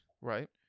Right